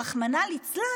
רחמנא ליצלן,